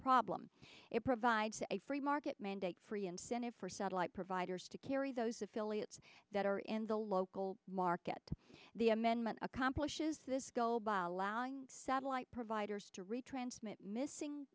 problem it provides a free market mandate free incentive for satellite providers to carry those affiliates that are in the local market the amendment accomplishes this goal by allowing satellite providers to retransmit missing